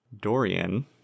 Dorian